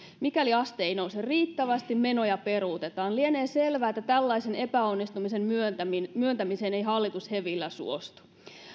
mikäli aste ei nouse riittävästi menoja peruutetaan lienee selvää että tällaisen epäonnistumisen myöntämiseen myöntämiseen ei hallitus hevillä suostu